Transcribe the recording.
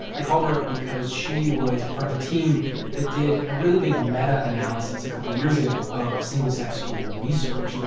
i called her up because she was part of a team that did a really big meta-analysis a couple years ago of single-sex school research.